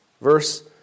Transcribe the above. Verse